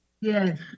Yes